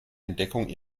entdeckung